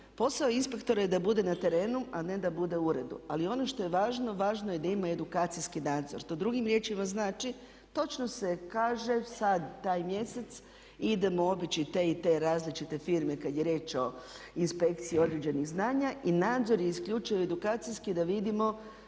posao inspektora je da bude na terenu a ne da bude u uredu, ali ono što je važno važno je da ima edukacijski nadzor. To drugim riječima znači točno se kaže sad taj mjesec idemo obići te i te različite firme kad je riječ o inspekciji određenih znanja i nadzor je isključivo edukacijski da vidimo